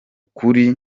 kuri